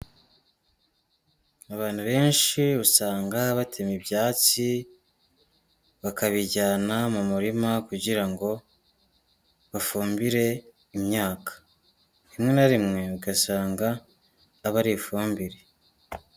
Abantu benshi usanga batema ibyatsi, bakabijyana mu murima kugira ngo bafumbire imyaka, rimwe na rimwe ugasanga aba ari ifumbire.